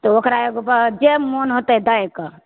तऽ ओकरा एगो बऽ जए मोन होतय दैकऽ